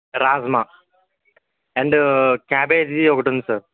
rajma and cabbage ఒకటుంది sir